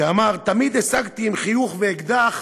שאמר: תמיד השגתי עם חיוך ואקדח